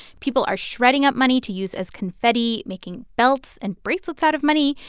people are shredding up money to use as confetti, making belts and bracelets out of money,